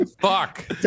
Fuck